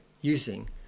using